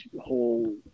whole